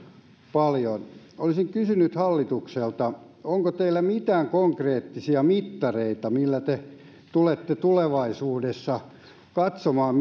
paljon olisin kysynyt hallitukselta onko teillä mitään konkreettisia mittareita millä te tulette tulevaisuudessa katsomaan